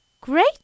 Great